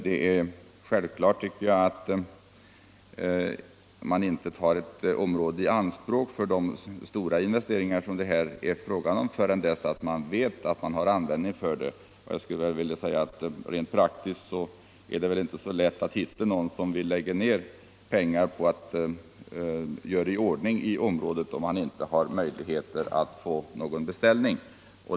Det är självklart att man inte tar ett område i anspråk för de stora investeringar som det här är fråga om förrän man vet att det kommer till användning. Det torde inte vara lätt att hitta någon som vill lägga ned pengar på investeringar i området om man inte tror sig ha möjlighet att få någon beställning.